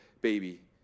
baby